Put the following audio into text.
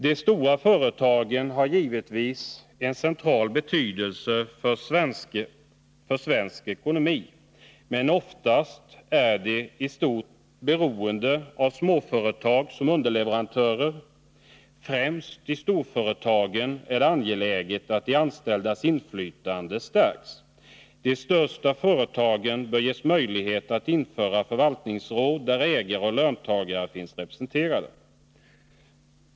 De stora företagen har givetvis en central betydelse för svensk ekonomi, men oftast är de i stort beroende av småföretag som underleverantörer. Främst i storföretagen är det angeläget att de anställdas inflytande förstärks. De största företagen bör ges möjlighet att införa förvaltningsråd, där ägare och löntagare finns representerade.